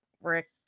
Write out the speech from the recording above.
Rick